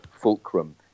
fulcrum